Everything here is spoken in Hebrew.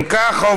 אם כך,